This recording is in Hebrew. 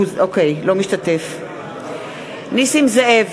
אינו משתתף בהצבעה נסים זאב,